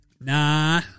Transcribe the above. nah